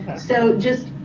so just,